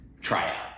tryout